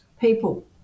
People